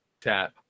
tap